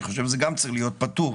אני חושב שזה גם צריך להיות פטור.